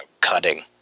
cutting